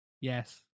Yes